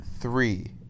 three